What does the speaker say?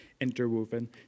interwoven